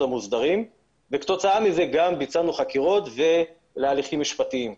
המוסדרים וכתוצאה מכך גם ביצענו חקירות והליכים משפטיים.